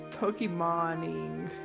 Pokemoning